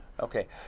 Okay